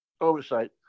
Oversight